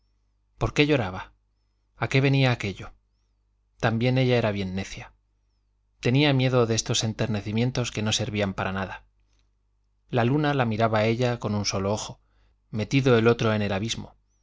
por qué lloraba a qué venía aquello también ella era bien necia tenía miedo de estos enternecimientos que no servían para nada la luna la miraba a ella con un ojo solo metido el otro en el abismo